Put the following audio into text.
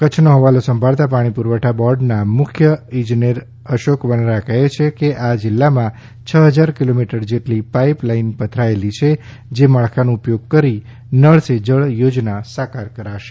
કચ્છનો હવાલો સાંભળતા પાણી પુરવઠા બોર્ડના મુખ્ય ઈજનેર અશોક વનરા કહે છે કે આ જિલ્લામાં છ હજાર કિલોમીટર જેટલી પાઈપ લાઈન પથરાયેલી છે જે માળખાનો ઉપયોગ કરી નળ સે જળ યોજના સાકાર કરાશે